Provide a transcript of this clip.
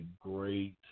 great